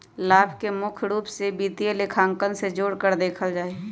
लाभ के मुख्य रूप से वित्तीय लेखांकन से जोडकर देखल जा हई